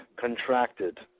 contracted